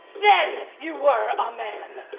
then you were a man!